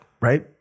right